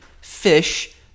fish